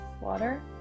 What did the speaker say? Water